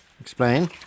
Explain